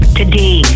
today